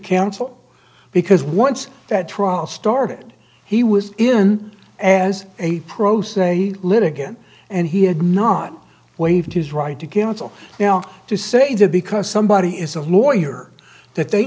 counsel because once that trial started he was in and as a pro se litigant and he had not waived his right to cancel now to say that because somebody is a lawyer that they